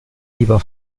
lieber